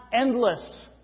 endless